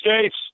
states